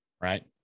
Right